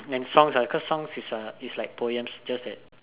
and songs ah cause songs is uh is like poem just that